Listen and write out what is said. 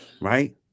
right